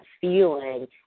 feeling